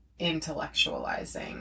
intellectualizing